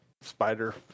spider